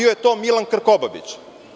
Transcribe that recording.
To je bio Milan Krkobabić.